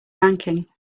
ranking